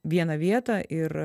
vieną vietą ir